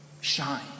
shine